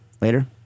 Later